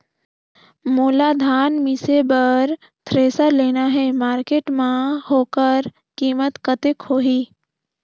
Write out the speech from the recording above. मोला धान मिसे बर थ्रेसर लेना हे मार्केट मां होकर कीमत कतेक होही?